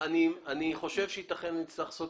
אני חושב שיתכן שנצטרך לעשות